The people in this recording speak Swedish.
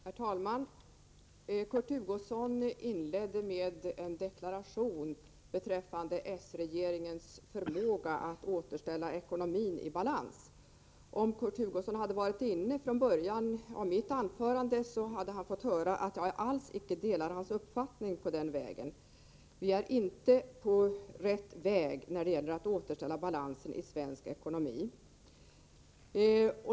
Herr talman! Kurt Hugosson inledde med en deklaration beträffande sS-regeringens stora förmåga att återställa balansen i vår ekonomi. Om han hade varit inne från början av mitt anförande, hade han fått höra att jag alls icke delar hans uppfattning på den punkten. Vi är inte på rätt väg när det gäller att återställa balansen i svensk ekonomi.